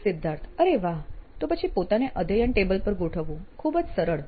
સિદ્ધાર્થ અરે વાહ તો પછી પોતાને અધ્યયન ટેબલ પર ગોઠવવું ખૂબ જ સરળ